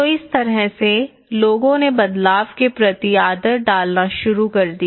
तो इस तरह से लोगों ने बदलाव के प्रति आदत डालना शुरू कर दिया